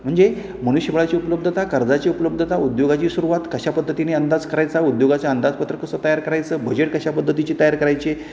म्हणजे मनुष्याची उपलब्धता कर्जाची उपलब्धता उद्योगाची सुरवात कशा पद्धतीने अंदाज करायचा उद्योगाच्या अंदाजपत्रकं कस तयार करायचं बजेट कशा पद्धतीची तयार करायचे